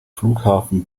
flughafen